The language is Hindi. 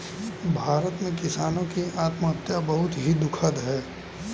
भारत में किसानों की आत्महत्या बहुत ही दुखद है